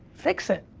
fix it.